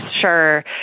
sure